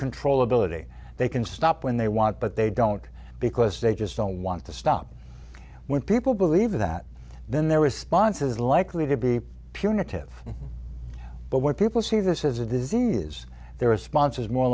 controllability they can stop when they want but they don't because they just don't want to stop when people believe that then there was sponsor is likely to be punitive but when people see this as a disease their response is more